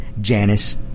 Janice